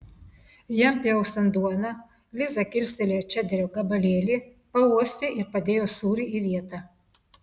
jam pjaustant duoną liza kilstelėjo čederio gabalėlį pauostė ir padėjo sūrį į vietą